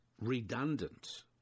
redundant